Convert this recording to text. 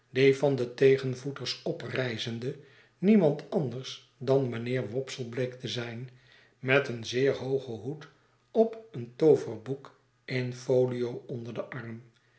van de tegenvoeters oprijzende niemand anders dan mijnheer wopsle bleek te zijn met een zeer hoogen hoed op en een tooverboek in folio onder den arm